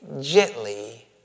gently